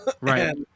Right